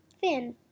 fin